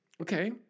okay